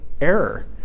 error